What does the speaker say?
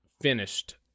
finished